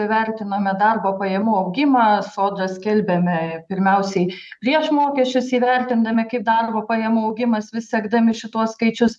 įvertinome darbo pajamų augimą sodra skelbiame pirmiausiai prieš mokesčius įvertindami kaip darbo pajamų augimas vis sekdami šituos skaičius